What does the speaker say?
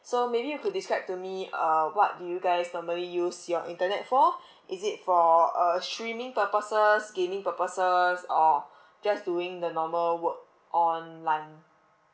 so maybe you could describe to me uh what do you guys normally use your internet for is it for uh streaming purposes gaming purposes or just doing the normal work online